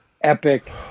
epic